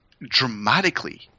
dramatically